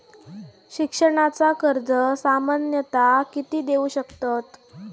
शिक्षणाचा कर्ज सामन्यता किती देऊ शकतत?